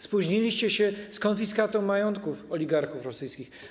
Spóźniliście się z konfiskatą majątków oligarchów rosyjskich.